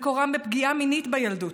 מקורם בפגיעה מינית בילדות,